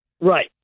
Right